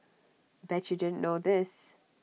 bet you didn't know this